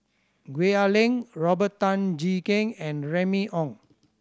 Gwee Ah Leng Robert Tan Jee Keng and Remy Ong